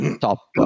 top